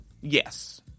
Yes